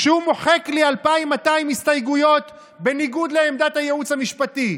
כשהוא מוחק לי 2,200 הסתייגויות בניגוד לעמדת הייעוץ המשפטי,